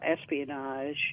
espionage